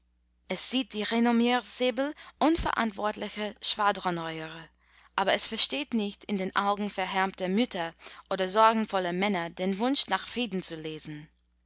es sieht die renommiersäbel unverantwortlicher schwadroneure aber es versteht nicht in den augen verhärmter mütter und sorgenvoller männer den wunsch nach frieden zu lesen